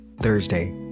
Thursday